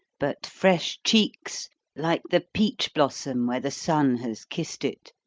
but fresh cheeks like the peach-blossom where the sun has kissed it